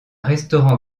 restaurant